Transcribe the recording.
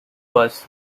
was